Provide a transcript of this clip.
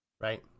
Right